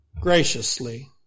graciously